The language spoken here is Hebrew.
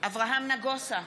אברהם נגוסה,